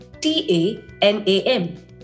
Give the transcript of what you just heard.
T-A-N-A-M